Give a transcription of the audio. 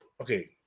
okay